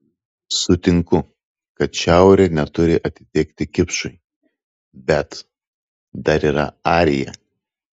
sutinku kad šiaurė neturi atitekti kipšui bet dar yra arija